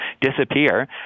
disappear